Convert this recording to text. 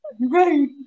Right